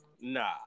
Nah